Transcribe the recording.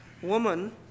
woman